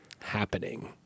happening